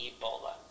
Ebola